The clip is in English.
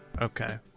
Okay